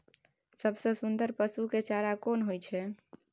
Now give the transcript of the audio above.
सबसे सुन्दर पसु के चारा कोन होय छै?